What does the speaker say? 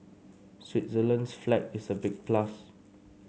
Switzerland's flag is a big plus